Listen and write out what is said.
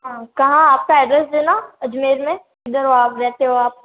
हाँ कहाँ आपका एड्रेस देना अजमेर में किधर हो आप रहते हो आप